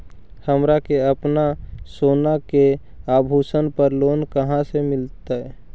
हमरा के अपना सोना के आभूषण पर लोन कहाँ से मिलत?